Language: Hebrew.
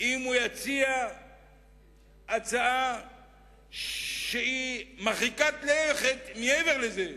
אם הוא יציע הצעה מרחיקה לכת מעבר לזה,